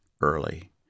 early